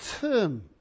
term